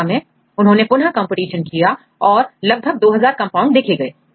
2015 में उन्होंने पुनः कंपटीशन किया और लगभग 2000 कंपाउंड देखे गए